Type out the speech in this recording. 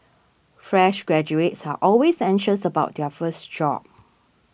fresh graduates are always anxious about their first job